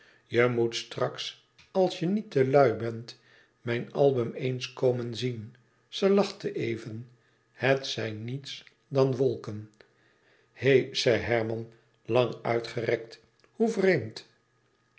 je moet straks als je niet te lui bent mijn album eens komen zien ze lachte even het zijn niets dan wolken hé zei herman lang uitgerekt hoe vreemd